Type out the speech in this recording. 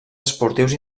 esportius